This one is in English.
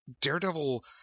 Daredevil